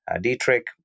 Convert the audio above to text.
Dietrich